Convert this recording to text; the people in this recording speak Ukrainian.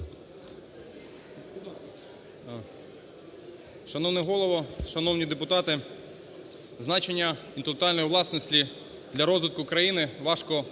Шановний Голово! Шановні депутати! Значення інтелектуальної власності для розвитку України важко